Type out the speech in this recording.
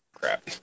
crap